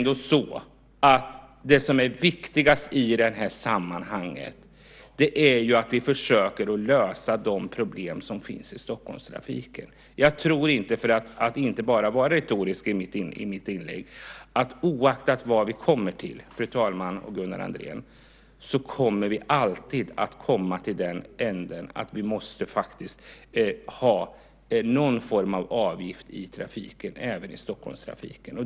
Det som är viktigast i det här sammanhanget är ju att vi försöker lösa de problem som finns i Stockholmstrafiken. Oavsett vad diskussionen leder fram till, Gunnar Andrén, tror jag att vi alltid kommer att komma till slutsatsen att vi måste ha någon form av avgift i trafiken, även i Stockholmstrafiken.